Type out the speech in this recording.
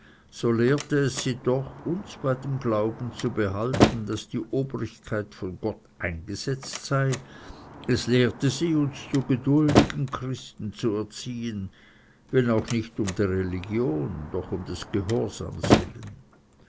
es sie doch uns bei dem glauben zu behalten daß die obrigkeit von gott eingesetzt sei es lehrte sie uns zu geduldigen christen zu erziehen wenn auch nicht um der religion doch um des gehorsams willen